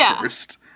first